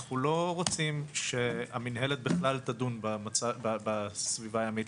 אנחנו לא רוצים שהמינהלת בכלל תדון בסביבה הימית,